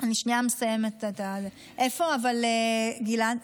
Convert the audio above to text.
אני שנייה מסיימת, אבל איפה גלעד?